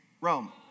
Rome